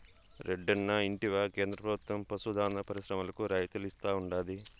రెడ్డన్నా ఇంటివా కేంద్ర ప్రభుత్వం పశు దాణా పరిశ్రమలకు రాయితీలు ఇస్తా ఉండాది